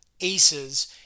ACEs